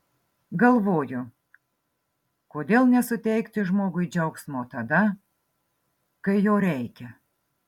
galvoju kodėl nesuteikti žmogui džiaugsmo tada kai jo reikia